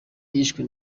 yishwe